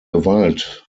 gewalt